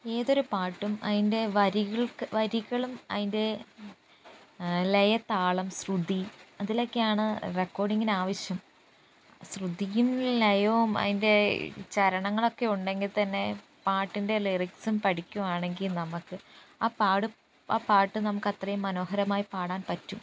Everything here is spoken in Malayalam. ഏതൊരു പാട്ടും അതിൻ്റെ വരികൾക്ക് വരികളും അതിൻ്റെ ലയ താളം ശ്രുതി അതിലൊക്കെയാണ് റെക്കോർഡിങ്ങിന് ആവശ്യം ശ്രുതിയും ലയവും അതിൻ്റെ ചരണങ്ങളൊക്കെ ഉണ്ടെങ്കിൽ തന്നെ പാട്ടിൻ്റെ ലിറിക്സും പഠിക്കുകയാണെങ്കിൽ നമ്മക്ക് ആ ആ പാട്ടും നമുക്ക് അത്രയും മനോഹരമായി പാടാൻ പറ്റും